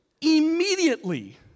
immediately